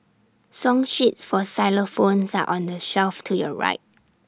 song sheets for xylophones are on the shelf to your right